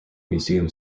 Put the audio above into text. museum